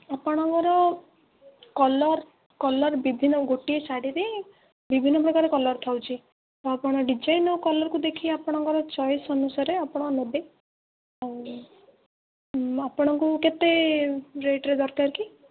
ଆପଣଙ୍କର collar collar ବିଭିନ୍ନ ଗୋଟିଏ ଶାଢ଼ୀରେ ବିଭିନ୍ନ ପ୍ରକାର କଲର୍ ଥାଉଛି ଆପଣ ଡିଜାଇନ୍ ଆଉ କଲରକୁ ଦେଖି ଆପଣଙ୍କର ଚଏସ୍ ଅନୁସାରେ ଆପଣ ନେବେ ଆପଣଙ୍କୁ କେତେ ରେଟରେ ଦରକାର କି